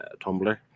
Tumblr